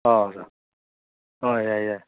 ꯑꯣ ꯁꯥꯔ ꯍꯣꯏ ꯌꯥꯏꯌꯦ ꯌꯥꯏꯌꯦ